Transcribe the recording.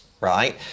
right